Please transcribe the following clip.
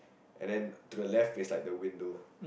and then to the left is like the window